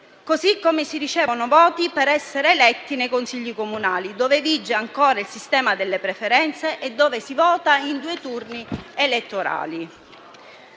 così come si ricevono i voti per essere eletti nei consigli comunali, dove vige ancora il sistema delle preferenze e dove si vota in due turni elettorali.